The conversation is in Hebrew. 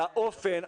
על האופן,